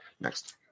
Next